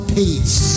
peace